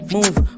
Move